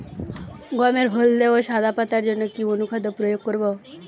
গমের হলদে ও সাদা পাতার জন্য কি অনুখাদ্য প্রয়োগ করব?